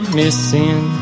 missing